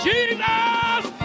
Jesus